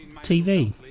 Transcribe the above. TV